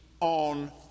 on